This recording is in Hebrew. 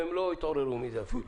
והם לא התעוררו מזה אפילו.